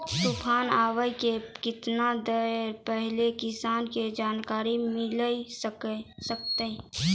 तूफान आबय के केतना देर पहिले किसान के जानकारी मिले सकते?